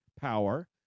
power